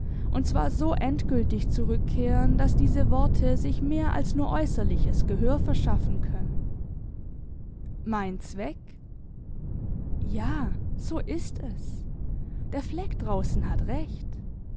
und zwar so endgültig zurückkehren daß diese worte sich mehr als nur äußerliches gehör verschaffen können mein zweck ja so ist es der fleck draußen hat recht